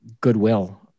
Goodwill